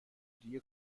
دیگه